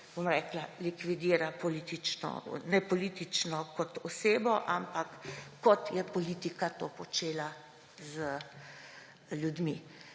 neki način likvidira politično, ne politično kot osebo, ampak kot je politika to počela z ljudmi.